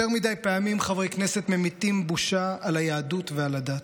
יותר מדי פעמים חברי כנסת ממיטים בושה על היהדות ועל הדת.